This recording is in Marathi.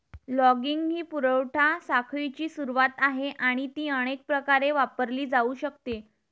लॉगिंग ही पुरवठा साखळीची सुरुवात आहे आणि ती अनेक प्रकारे वापरली जाऊ शकते